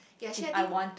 ya actually I think